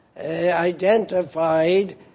identified